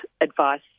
advice